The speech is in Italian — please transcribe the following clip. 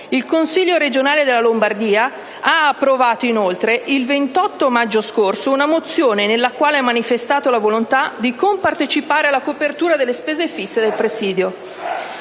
Il consiglio regionale della Lombardia ha inoltre approvato, il 28 maggio scorso, una mozione nella quale ha manifestato la volontà di compartecipare alla copertura delle spese fisse del presidio.